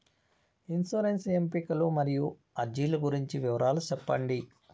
insurance ఎంపికలు మరియు అర్జీల గురించి వివరాలు సెప్పండి